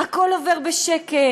הכול עובר בשקט,